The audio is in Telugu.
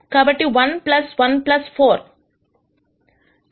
కాబట్టి 114 6